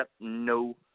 no